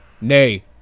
nay